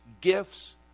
gifts